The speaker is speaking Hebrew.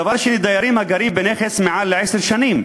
דבר שני, דיירים הגרים בנכס מעל לעשר שנים,